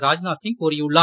ராஜ்நாத் சிங் கூறியுள்ளார்